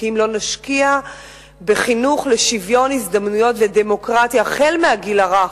כי אם לא נשקיע בחינוך לשוויון הזדמנויות ולדמוקרטיה כבר בגיל הרך,